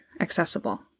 accessible